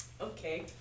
Okay